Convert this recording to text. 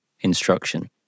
instruction